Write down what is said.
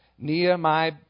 Nehemiah